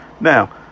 Now